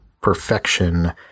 perfection